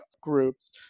groups